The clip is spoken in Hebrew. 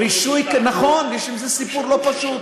רישוי, נכון, יש עם זה סיפור לא פשוט.